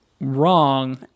Wrong